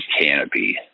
canopy